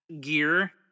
gear